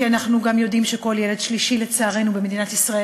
כי אנחנו גם יודעים שכל ילד שלישי במדינת ישראל,